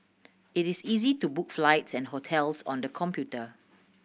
it is easy to book flights and hotels on the computer